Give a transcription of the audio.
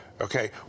okay